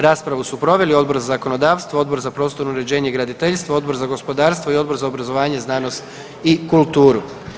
Raspravu su proveli Odbor za zakonodavstvo, Odbor za prostorno uređenje i graditeljstvo, Odbor za gospodarstvo i Odbor za obrazovanje, znanost i kulturu.